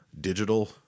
digital